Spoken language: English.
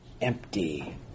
empty